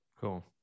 cool